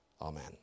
Amen